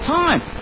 time